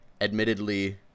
admittedly